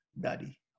Daddy